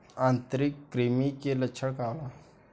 आंतरिक कृमि के लक्षण का होला?